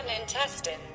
intestines